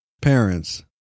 parents